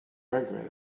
arguing